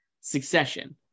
Succession